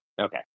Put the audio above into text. Okay